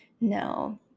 No